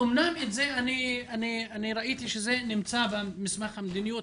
אמנם ראיתי שזה נמצא במסמך המדיניות